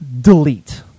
Delete